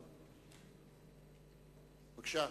אני רוצה